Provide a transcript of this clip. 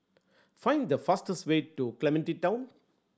find the fastest way to Clementi Town